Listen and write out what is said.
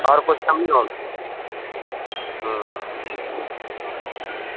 اور کچھ کم نہیں ہو